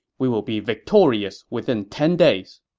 we will be victorious within ten days.